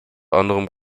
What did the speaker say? anderem